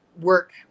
work